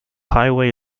highway